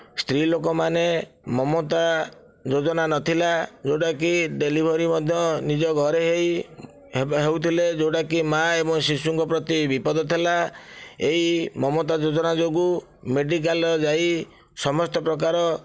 ସ୍ତ୍ରୀ ଲୋକମାନେ ମମତା ଯୋଜନା ନଥିଲା ଯେଉଁଟାକି ଡେଲିଭରି ମଧ୍ୟ ନିଜ ଘରେ ହୋଇ ହେଉଥିଲେ ଯେଉଁଟାକି ମାଆ ଏବଂ ଶିଶୁ ଙ୍କ ପ୍ରତି ବିପଦ ଥିଲା ଏହି ମମତା ଯୋଜନା ଯୋଗୁ ମେଡ଼ିକାଲ ଯାଇ ସମସ୍ତ ପ୍ରକାର